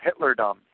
Hitlerdom